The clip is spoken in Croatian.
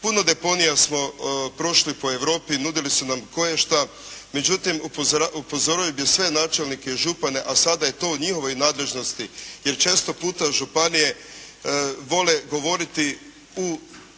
Puno deponija smo prošli po Europi, nudili su nam koješta. Međutim, upozorio bih sve načelnike i župane, a sada je to u njihovoj nadležnosti jer često puta županije vole govoriti o